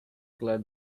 glad